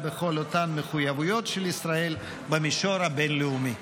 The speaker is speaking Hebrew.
בכל אותן מחויבויות של ישראל במישור הבין-לאומי.